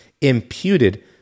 imputed